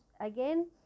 again